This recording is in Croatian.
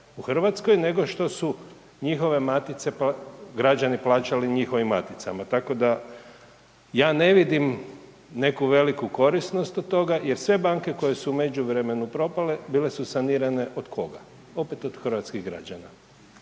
u Hrvatskoj nego što su njihove matice građani plaćati u njihovim maticama. Tako da, ja ne vidim neku veliku korisnost od toga jer sve banke koje su u međuvremenu propale bile su sanirane od koga? Opet od hrvatskih građana.